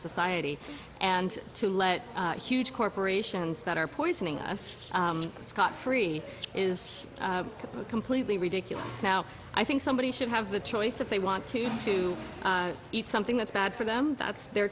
society and to let corporations that are poisoning us scott free is completely ridiculous now i think somebody should have the choice if they want to to eat something that's bad for them that's their